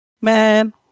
Man